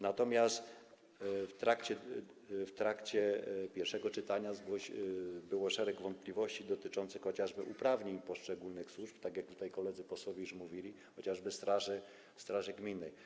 Natomiast w trakcie pierwszego czytania pojawiło się szereg wątpliwości dotyczących chociażby uprawnień poszczególnych służb, tak jak tutaj koledzy posłowie już mówili, chociażby straży gminnej.